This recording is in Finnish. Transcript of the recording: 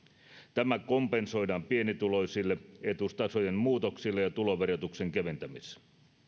tämä kompensoidaan pienituloisille etuustasojen muutoksilla ja ja tuloverotuksen keventämisellä